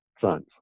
sons